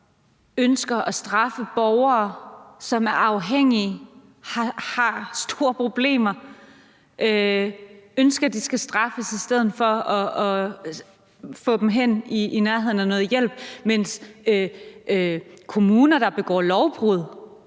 ønsker at straffe borgere, som er afhængige og har store problemer, i stedet for at få dem hen i nærheden af noget hjælp, mens kommuner, der begår lovbrud